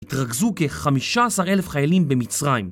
התרכזו כ-15 אלף חיילים במצרים